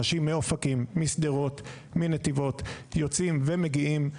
אנשים מאופקים, משדרות, מנתיבות, יוצאים ומגיעים.